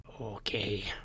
Okay